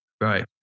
Right